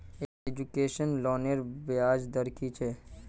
Education लोनेर ब्याज दर कि छे?